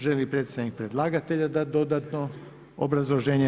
Želi li predstavnik predlagatelja dati dodatno obrazloženje?